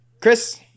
chris